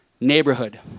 neighborhood